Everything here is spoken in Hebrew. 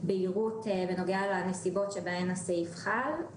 יש הבהרה קטנה בנוסח שעשינו, בפסקה (יג)(1)